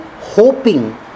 hoping